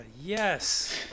Yes